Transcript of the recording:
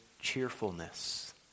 cheerfulness